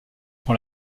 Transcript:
pour